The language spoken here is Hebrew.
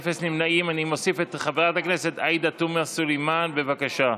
הצעת חוק הביטוח הלאומי (תיקון,